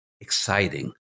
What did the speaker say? exciting